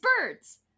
birds